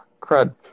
crud